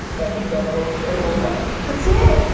but you got everybody watching her. that's it.